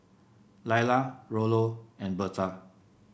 Laila Rollo and Bertha